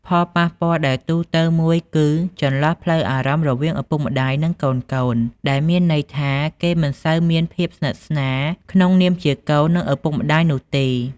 ផលប៉ះពាល់ដែលទូទៅមួយគឺចន្លោះផ្លូវអារម្មណ៍រវាងឪពុកម្តាយនិងកូនៗ ដែលមានន័យថាគេមិនសូវមានភាពស្និទ្ធស្នាលគ្នាក្នុងនាមជាកូន និងឪពុកម្ដាយនោះទេ។